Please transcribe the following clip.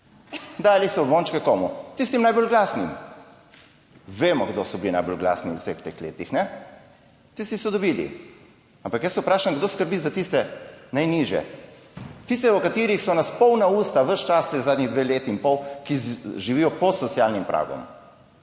Dali so bombončke - komu? Tistim najbolj glasnim. Vemo, kdo so bili najbolj glasni v vseh teh letih, kajne, tisti so dobili. Ampak jaz se vprašam, kdo skrbi za tiste najnižje, tiste, o katerih so nas polna usta ves čas te zadnji dve leti in pol, ki živijo pod socialnim pragom.